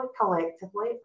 collectively